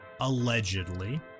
allegedly